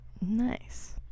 Nice